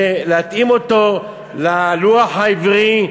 ולהתאים אותו ללוח העברי,